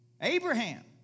Abraham